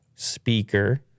Speaker